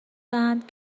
دهند